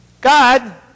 God